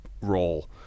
role